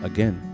Again